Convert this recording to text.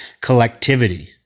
collectivity